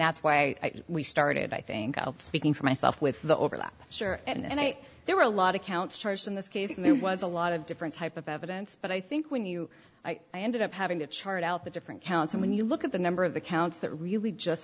that's why we started i think speaking for myself with the overlap sure and i thought there were a lot of counts charged in this case and there was a lot of different type of evidence but i think when you i ended up having to chart out the different counts and when you look at the number of the counts that really just